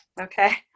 Okay